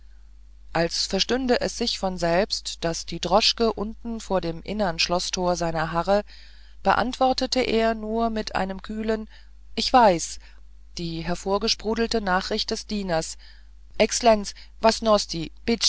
als verstünde es sich von selbst daß die droschke unten vor dem innern schloßtor seiner harre beantwortete er nur mit einem kühlen ich weiß die hervorgesprudelte nachricht des dieners exlenz